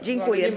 Dziękuję.